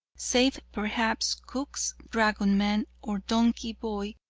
save perhaps cook's dragoman or donkey-boy,